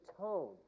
tone